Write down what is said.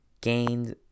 gained